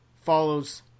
follows